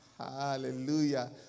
Hallelujah